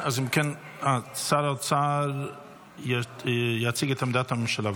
שר האוצר יציג את עמדת הממשלה,